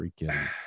freaking